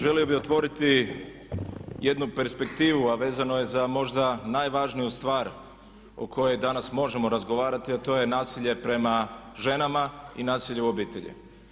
Želio bih otvoriti jednu perspektivu a vezano je za možda najvažniju stvar o kojoj danas možemo razgovarati a to je nasilje prema ženama i nasilje u obitelji.